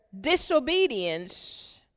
disobedience